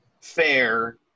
fair